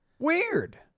Weird